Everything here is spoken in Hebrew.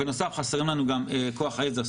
בנוסף חסר לנו גם כוח עזר,